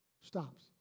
stops